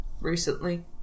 recently